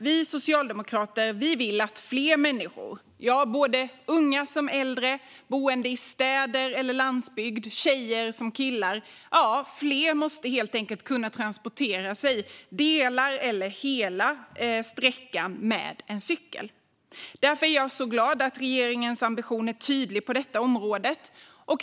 Vi socialdemokrater vill att fler människor - såväl unga som äldre, de som bor i städer eller på landsbygd och tjejer och killar - ska kunna transportera sig delar av eller hela sträckan med cykel. Därför är jag glad att regeringens ambition är tydlig på detta område.